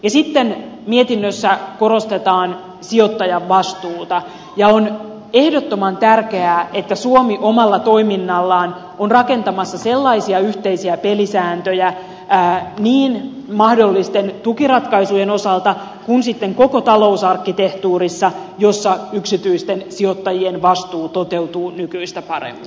sitten mietinnössä korostetaan sijoittajan vastuuta ja on ehdottoman tärkeää että suomi omalla toiminnallaan on rakentamassa sellaisia yhteisiä pelisääntöjä niin mahdollisten tukiratkaisujen osalta kuin sitten koko talousarkkitehtuurissa joissa yksityisten sijoittajien vastuu toteutuu nykyistä paremmin